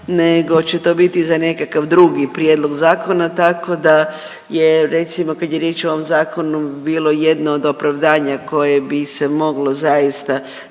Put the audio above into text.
nego će to biti za nekakav drugi prijedlog zakona tako da je recimo kad je riječ o ovom zakonu bilo jedno od opravdanja koje bi se moglo zaista